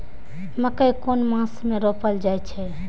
मकेय कुन मास में रोपल जाय छै?